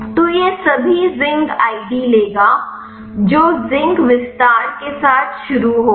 तो यह सभी जिंक आईडी लेगा जो जिंक विस्तार के साथ शुरू होगा